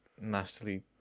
nastily